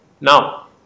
Now